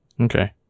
Okay